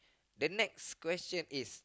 the next question is